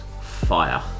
fire